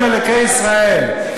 למען עם ה' אלוקי ישראל,